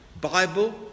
Bible